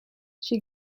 she